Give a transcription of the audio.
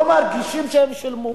לא מרגישים שהם שילמו.